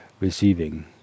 receiving